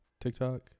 TikTok